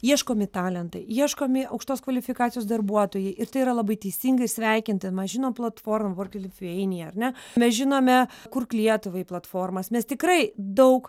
ieškomi talentai ieškomi aukštos kvalifikacijos darbuotojai ir tai yra labai teisinga ir sveikinti mes žinom platformą vork in lifjueinija ar ne mes žinome kurk lietuvai platformas mes tikrai daug